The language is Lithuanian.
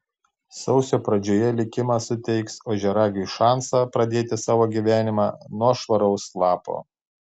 sausio pradžioje likimas suteiks ožiaragiui šansą pradėti savo gyvenimą nuo švaraus lapo